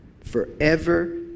forever